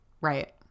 right